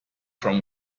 from